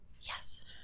yes